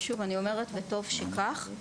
וטוב שכך.